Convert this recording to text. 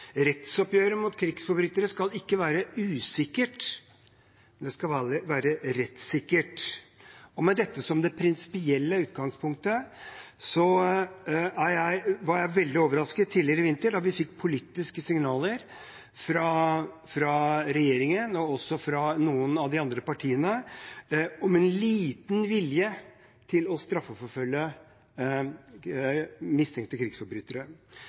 Rettsoppgjøret mot krigsforbrytere skal ikke være usikkert – det skal være rettssikkert. Med dette som det prinsipielle utgangspunktet ble jeg veldig overrasket da vi tidligere i vinter fikk politiske signaler fra regjeringen og noen av de andre partiene om liten vilje til å straffeforfølge mistenkte krigsforbrytere.